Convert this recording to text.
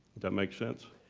that make sense?